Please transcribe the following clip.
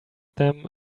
them